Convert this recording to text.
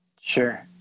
Sure